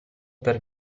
per